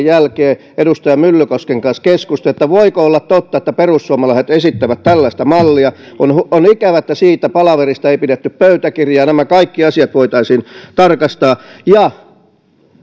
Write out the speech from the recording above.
jälkeen edustaja myllykosken kanssa keskustelin että voiko olla totta että perussuomalaiset esittävät tällaista mallia on ikävä että siitä palaverista ei pidetty pöytäkirjaa josta kaikki nämä asiat voitaisiin tarkastaa ja